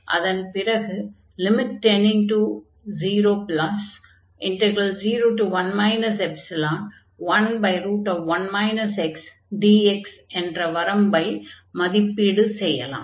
அதன் பிறகு ϵ→001 ϵ11 xdx என்ற வரம்பை மதிப்பீடு செய்யலாம்